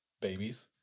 babies